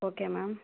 okay ma'am